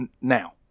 now